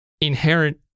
inherent